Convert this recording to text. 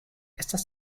estas